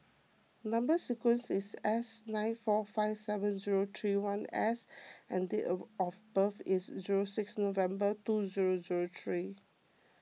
Number Sequence is S nine four five seven zero two one S and date of of birth is zero six November two zero zero three